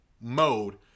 mode